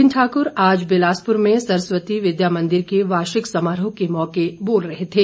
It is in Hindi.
गोबिंद ठाक्र आज बिलासपुर में सरस्वती विद्या मंदिर के वार्षिक समारोह के मौके पर बोल रहे थे